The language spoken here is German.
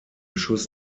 schuss